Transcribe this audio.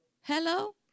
hello